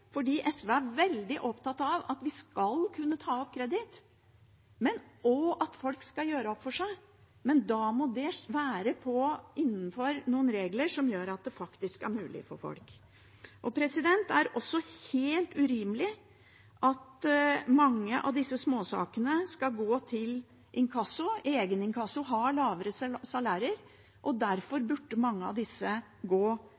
SV er veldig opptatt av at vi skal kunne ta opp kreditt, men også at folk skal kunne gjøre opp for seg. Men da må det skje innenfor noen regler som gjør at det faktisk er mulig for folk. Det er også helt urimelig at mange av disse småsakene skal gå til inkasso. Egeninkasso har lavere salærer, derfor burde mange av disse småsakene som er usikret, gå